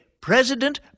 President